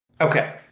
Okay